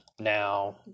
now